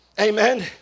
Amen